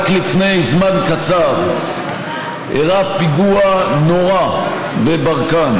רק לפני זמן קצר אירע פיגוע נורא בברקן